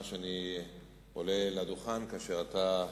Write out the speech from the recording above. שאני עולה לדוכן כאשר אתה,